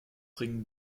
ringen